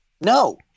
No